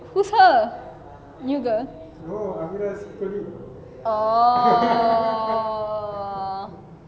who's her new girl oh